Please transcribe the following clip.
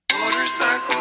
Motorcycle